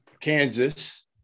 Kansas